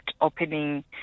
opening